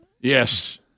Yes